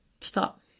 Stop